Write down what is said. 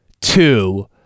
two